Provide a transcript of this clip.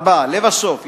4. לבסוף,